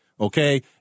Okay